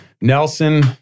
Nelson